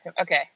Okay